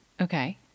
Okay